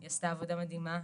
היא עשתה עבודה מדהימה,